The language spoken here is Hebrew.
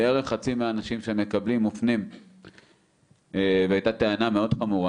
בערך חצי מהאנשים שמקבלים מופנים והייתה טענה מאוד חמורה